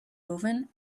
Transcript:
oven